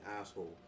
asshole